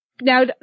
Now